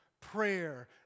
prayer